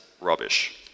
rubbish